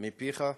מפיך.